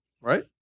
right